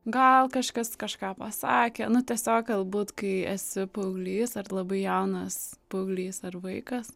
gal kažkas kažką pasakė nu tiesiog galbūt kai esi paauglys ar labai jaunas paauglys ar vaikas